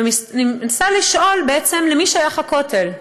ואני מנסה לשאול: בעצם, למי שייך הכותל?